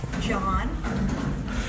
John